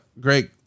great